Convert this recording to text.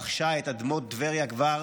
רכשה את אדמות טבריה כבר